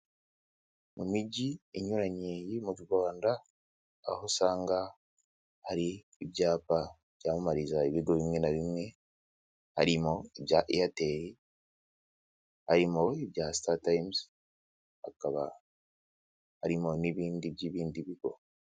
Mu mijyi inyuranye yo mu Rwanda aho usanga hari ibyapa byamamariza ibigo bimwe na bimwe, harimo ibya Airtel, harimo ibya Startimes, hakaba harimo n'ibindi by'ibindi bigo.